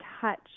touch